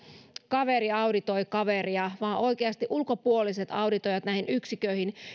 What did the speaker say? kaveri auditoi kaveria vaan oikeasti ulkopuoliset auditoijat näihin yksiköihin